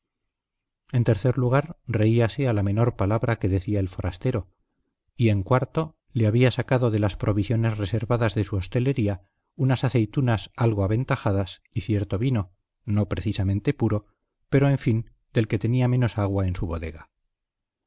en tercer lugar reíase a la menor palabra que decía el forastero y en cuarto le había sacado de las provisiones reservadas de su hostelería unas aceitunas algo aventajadas y cierto vino no precisamente puro pero en fin del que tenía menos agua en su bodega